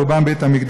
על חורבן בית-המקדש.